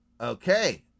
Okay